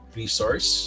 resource